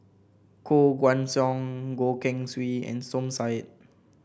Koh Guan Song Goh Keng Swee and Som Said